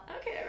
Okay